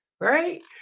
right